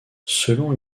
selon